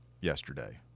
yesterday